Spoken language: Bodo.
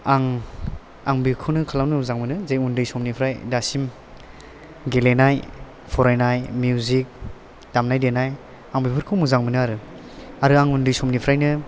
आं आं बेखौनो खालामनो मोजां मोनो जे उन्दै समनिफ्राय दासिम गेलेनाय फरायनाय मिउजिक दामनाय देनाय आं बेफोरखौ मोजां मोनो आरो आं उन्दै समनिफ्राइनो